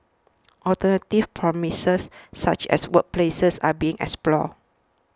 alternative premises such as workplaces are being explored